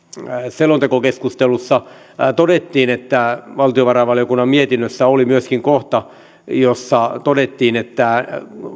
selontekokeskustelussa todettiin että valtiovarainvaliokunnan mietinnössä oli myöskin kohta jossa todettiin että